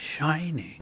shining